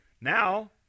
Now